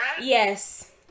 yes